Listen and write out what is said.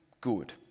good